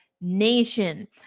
Nation